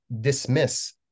dismiss